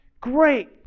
great